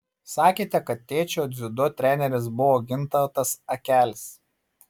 sakėte kad tėčio dziudo treneris buvo gintautas akelis